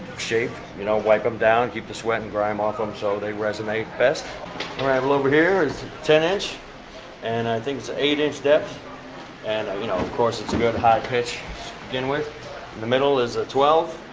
shape you know wipe them down keep the sweat and grime off them um so they resonate best rival over here is ten inch and i think it's eight inch depth and you know of course it's a good high pitch begin with in the middle is a twelve